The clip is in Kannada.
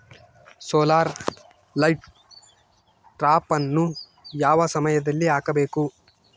ಸೋಲಾರ್ ಲೈಟ್ ಟ್ರಾಪನ್ನು ಯಾವ ಸಮಯದಲ್ಲಿ ಹಾಕಬೇಕು?